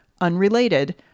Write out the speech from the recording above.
unrelated